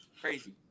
Crazy